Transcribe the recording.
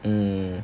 mm